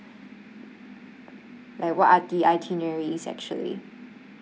like what are the itinerary is actually